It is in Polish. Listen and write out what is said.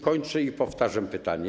Kończę i powtarzam pytanie.